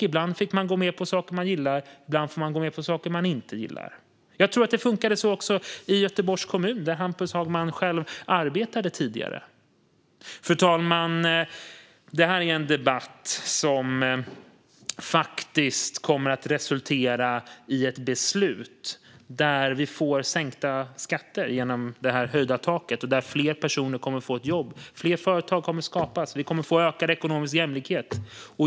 Ibland fick man gå med på saker man gillar och ibland saker man inte gillar. Jag tror att det även funkade så i Göteborgs kommun, där Hampus Hagman tidigare arbetade. Fru talman! Detta är en debatt som kommer att resultera i ett beslut där vi genom ett höjt tak får sänkta skatter. Fler personer kommer att få jobb. Fler företag kommer att skapas. Vi kommer att få ökad ekonomisk jämlikhet.